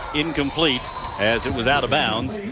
incomplete as it was out of bounds.